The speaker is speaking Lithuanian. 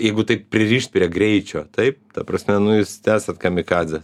jeigu taip pririšt prie greičio taip ta prasme nu jūs esat kamikadzės